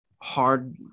hard